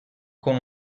con